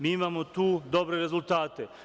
Mi imamo tu dobre rezultate.